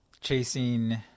chasing